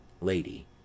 lady